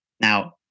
Now